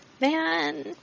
Man